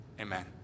Amen